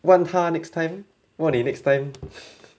问他 next time 问你 next time